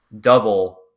double